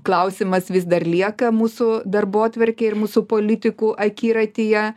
klausimas vis dar lieka mūsų darbotvarkėj ir mūsų politikų akiratyje